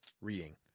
reading